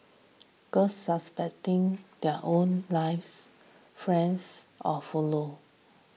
girls suspecting their own lives friends or follow